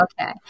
Okay